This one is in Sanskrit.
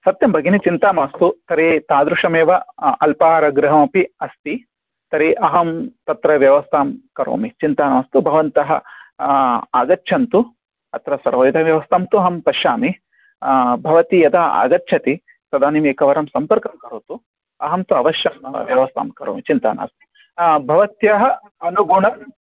सत्यं भगिनी चिन्ता मास्तु तर्हि तादृशमेव अल्पाहार गृहमपि अस्ति तर्हि अहं तत्र व्यवस्थां करोमि चिन्ता मास्तु भवन्तः आगच्छन्तु अत्र सर्वविधव्यवस्थां तु अहं पश्यामि भवती यदा आगच्छति तदानीम् एकवारं सम्पर्कं करोतु अहं तु अवश्यं मम व्यवस्थां करोमि चिन्ता नास्ति भवत्याः अनुगुणम्